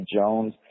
Jones